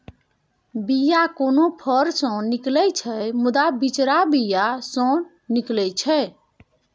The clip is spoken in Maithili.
बीया कोनो फर सँ निकलै छै मुदा बिचरा बीया सँ निकलै छै